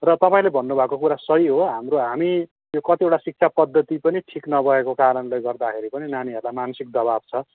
र तपाईँले भन्नु भएको कुरा सही हो हाम्रो हामी कतिवटा शिक्षा पद्धति पनि ठिक नभएको कारणले गर्दाखेरि पनि नानीहरूलाई मानसिक दबाब छ